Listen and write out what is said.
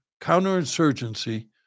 counterinsurgency